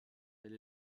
elle